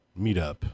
meetup